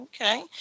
Okay